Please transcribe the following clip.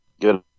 Good